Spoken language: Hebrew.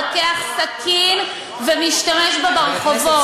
לוקח סכין ומשתמש בה ברחובות.